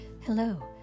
Hello